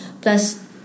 plus